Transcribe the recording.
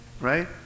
right